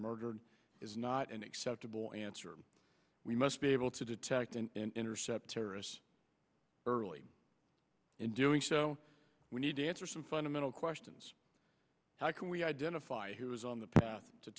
murdered is not an acceptable answer we must be able to detect and intercept terrorists early in doing so we need to answer some fundamental questions how can we identify who is on the path to